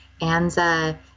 Anza